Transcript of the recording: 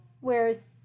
Whereas